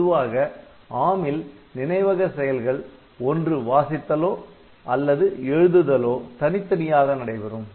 பொதுவாக ARM ல் நினைவக செயல்கள் ஒன்று வாசித்தலோ அல்லது எழுதுதலோ தனித்தனியாக நடைபெறும்